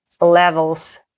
levels